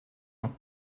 ans